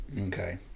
Okay